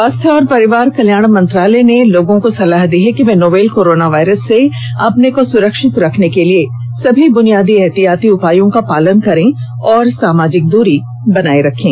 स्वास्थ्य और परिवार कल्याण मंत्रालय ने लोगों को सलाह दी है कि वे नोवल कोरोना वायरस से अपने को सुरक्षित रखने के लिए सभी ब्रुनियादी एहतियाती उपायों का पालन करें और सामाजिक दूरी बनाए रखें